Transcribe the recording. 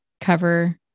cover